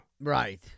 Right